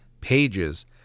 pages